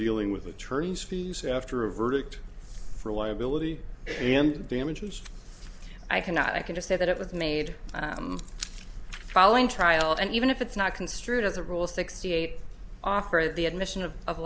dealing with attorneys fees after a verdict for why ability and damages i cannot i can just set it up with made following trial and even if it's not construed as a rule sixty eight offer the admission of